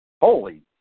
Holy